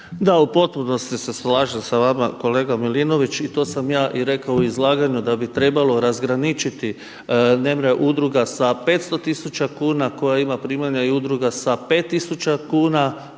Da u potpunosti se slažem sa vama kolega Milinović i to sam ja i rekao u izlaganju da bi trebalo razgraničiti. Nemre udruga sa 500 tisuća kuna koja ima primanja i udruga sa 5 tisuća